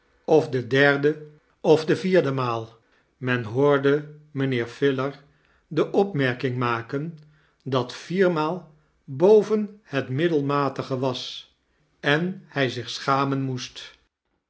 of de derde of de vierde maal men hoorde mijnheer filer de opmerking maken dat vier maal boven het middelmatige was en hij zich schamen moest